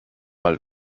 mal